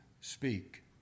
speak